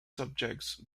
subjects